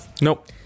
Nope